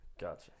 Gotcha